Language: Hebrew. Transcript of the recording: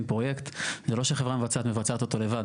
פרויקט זה לא שהחברה המבצעת מבצעת אותו לבד.